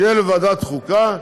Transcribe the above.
שיהיה לוועדת החוקה.